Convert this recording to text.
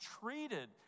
treated